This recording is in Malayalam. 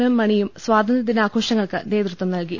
എം മണിയും സ്വാത ന്ത്ര്യദിനാഘോഷങ്ങൾക്ക് നേതൃത്വം നൽകി